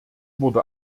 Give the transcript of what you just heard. wurde